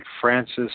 Francis